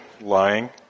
lying